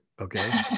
Okay